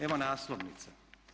Evo naslovnice.